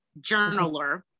journaler